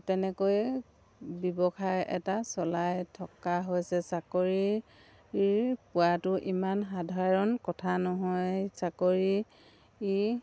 তেনেকৈ ব্যৱসায় এটা চলাই থকা হৈছে চাকৰি পোৱাটো ইমান সাধাৰণ কথা নহয় চাকৰি